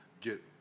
get